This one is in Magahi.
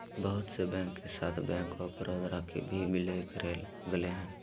बहुत से बैंक के साथ बैंक आफ बडौदा के भी विलय करेल गेलय हें